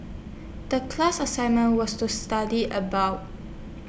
The class assignment was to study about